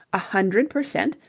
a hundred per cent?